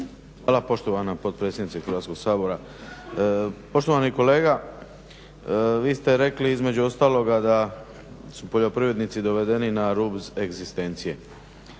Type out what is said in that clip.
Hvala poštovana potpredsjednice Hrvatskog sabora. Poštovani kolega, vi ste rekli između ostaloga da su poljoprivrednici dovedeni na rub egzistencije.